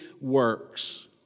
works